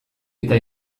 eta